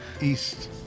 East